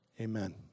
amen